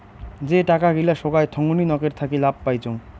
যে টাকা গিলা সোগায় থোঙনি নকের থাকি লাভ পাইচুঙ